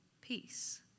peace